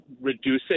Reducing